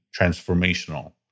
transformational